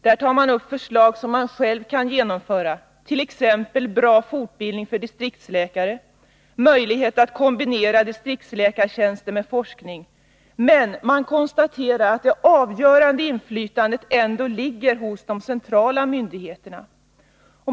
Där tar man upp förslag som man själv kan genomföra, t.ex. bra fortbildning för distriktsläkare och möjlighet att kombinera distriktsläkartjänster med forskning. Men man konstaterar att det avgörande inflytandet ändå ligger hos de centrala myndigheterna.